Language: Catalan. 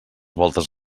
voltes